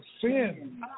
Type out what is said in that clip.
sin